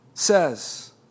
says